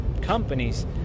companies